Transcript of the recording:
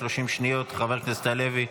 30 שניות, חבר הכנסת הלוי.